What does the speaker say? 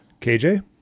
KJ